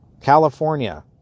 California